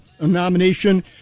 nomination